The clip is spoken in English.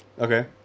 Okay